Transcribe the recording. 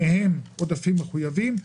מתוכם עודפים מחויבים,